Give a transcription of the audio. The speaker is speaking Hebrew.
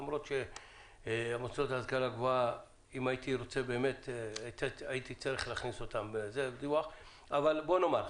למרות שאם הייתי רוצה באמת הייתי צריך להכניס אותם אבל בוא נאמר,